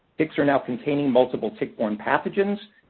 ticks are now containing multiple tick-borne pathogens,